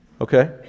Okay